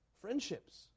friendships